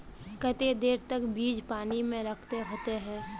केते देर तक बीज पानी में रखे होते हैं?